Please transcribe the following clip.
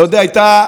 אתה יודע, הייתה